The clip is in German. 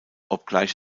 obgleich